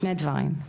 שני דברים.